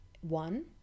one